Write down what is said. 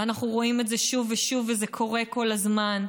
ואנחנו רואים את זה שוב ושוב, וזה קורה כל הזמן.